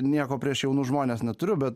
nieko prieš jaunus žmones neturiu bet